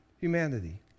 humanity